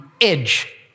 edge